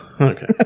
Okay